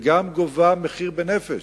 וגם גובה מחיר בנפש,